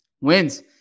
Wins